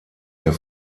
der